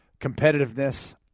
competitiveness